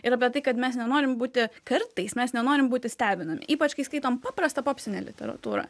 ir apie tai kad mes nenorim būti kartais mes nenorim būti stebinami ypač kai skaitom paprastą popsinę literatūrą